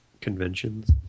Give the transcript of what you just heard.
conventions